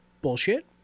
bullshit